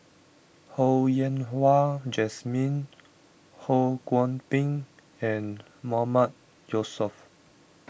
Ho Yen Wah Jesmine Ho Kwon Ping and Mahmood Yusof